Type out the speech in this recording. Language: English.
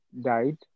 died